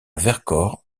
vercors